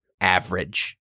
average